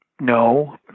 No